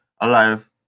alive